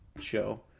show